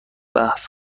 بحث